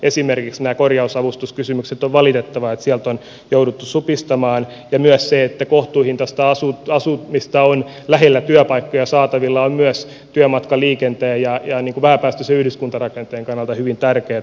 esimerkiksi näissä korjausavustuskysymyksissä on valitettavaa että sieltä on jouduttu supistamaan ja myös se että kohtuuhintaista asumista on lähellä työpaikkoja saatavilla on myös työmatkaliikenteen ja vähäpäästöisen yhdyskuntarakenteen kannalta hyvin tärkeätä